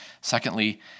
Secondly